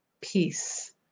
peace